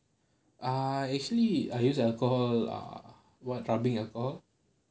ah actually I use alcohol ah what rubbing alcohol